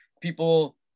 people